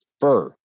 fur